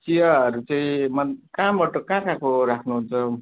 चियाहरू चाहिँ कहाँ कहाँको राख्नुहुन्छ